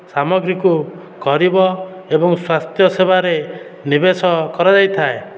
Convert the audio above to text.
ସାମଗ୍ରୀକୁ ଗରିବ ଏବଂ ସ୍ୱାସ୍ଥ୍ୟ ସେବାରେ ନିବେଶ କରାଯାଇଥାଏ